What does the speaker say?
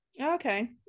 Okay